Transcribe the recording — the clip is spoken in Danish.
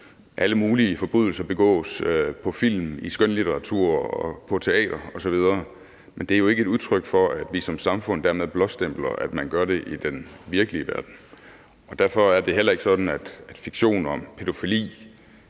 Alle mulige forbrydelser begås på film, i skønlitteratur og på teatret osv., men det er jo ikke et udtryk for, at vi som samfund dermed blåstempler, at man gør det i den virkelige verden. Derfor er det heller ikke sådan, at fiktion om pædofili